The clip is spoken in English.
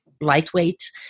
lightweight